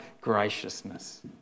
graciousness